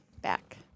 back